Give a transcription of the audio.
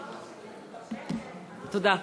תודה.